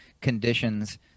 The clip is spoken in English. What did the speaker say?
conditions